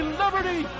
liberty